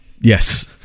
yes